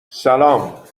سلام